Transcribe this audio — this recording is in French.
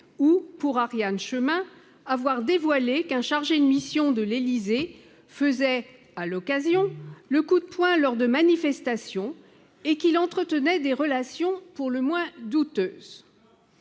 ou, pour Ariane Chemin, avoir dévoilé qu'un chargé de mission de l'Élysée faisait, à l'occasion, le coup de poing lors de manifestations, et qu'il entretenait des relations pour le moins douteuses.